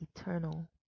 eternal